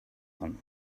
one